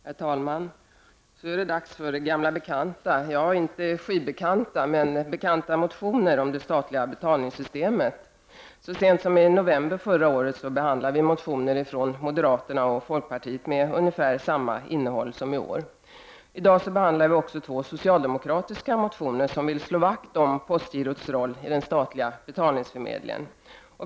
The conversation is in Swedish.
Herr talman! Så är det dags för gamla bekanta, ja inte skivbekanta men väl bekanta motioner om det statliga betalningssystemet. Så sent som i november förra året behandlade vi motioner från moderata samlingspartiet och folkpartiet med ungefär samma innehåll som i år. I dag behandlar vi också två socialdemokratiska motioner, som vill slå vakt om postgirots roll i den statliga betalningsförmedlingen.